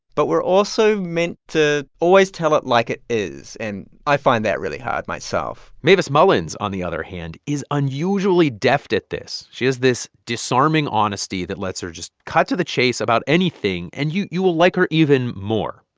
but we're also meant to always tell it like it is. and i find that really hard myself mavis mullins, on the other hand, is unusually deft at this. she has this disarming honesty that lets her just cut to the chase about anything, and you you will like her even more.